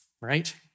right